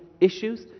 issues